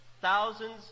thousands